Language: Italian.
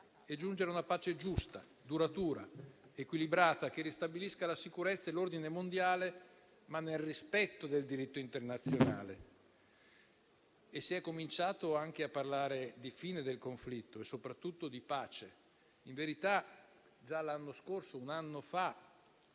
di giungere a una pace giusta, duratura ed equilibrata, che ristabilisca la sicurezza e l'ordine mondiale, ma nel rispetto del diritto internazionale. Si è cominciato anche a parlare di fine del conflitto e soprattutto di pace. In verità, già l'anno scorso ci fu